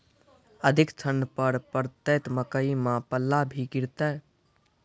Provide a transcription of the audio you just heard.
अधिक ठंड पर पड़तैत मकई मां पल्ला भी गिरते?